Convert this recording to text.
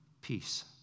peace